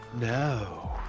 no